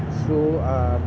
so uh